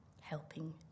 helping